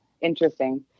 interesting